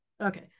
Okay